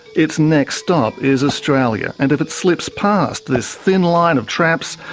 its next stop is australia, and if it slips past this thin line of traps,